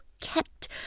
kept